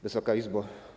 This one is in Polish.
Wysoka Izbo!